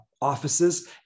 offices